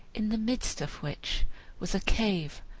in the midst of which was a cave,